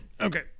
okay